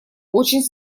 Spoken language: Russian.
очень